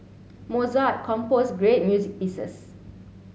Mozart composed great music pieces